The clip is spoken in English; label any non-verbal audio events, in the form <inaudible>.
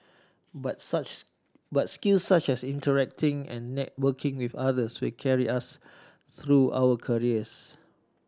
but such <unintelligible> but skills such as interacting and networking with others will carry us through our careers